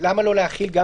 כלקוח אתה לא תינזק.